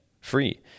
Free